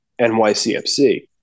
NYCFC